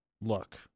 look